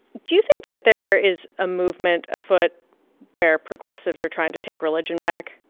do you think that there is a movement afoot where progressives are trying to take religion back?